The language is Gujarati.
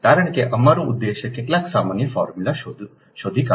કારણ કે અમારું ઉદ્દેશ કેટલાક સામાન્ય ફોર્મ્યુલા શોધી કા